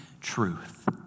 truth